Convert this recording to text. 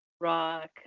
rock